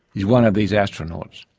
is one of these astronauts,